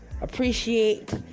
Appreciate